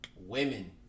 Women